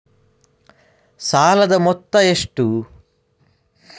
ಸಾಲದ ಮೊತ್ತ ಎಷ್ಟು?